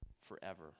forever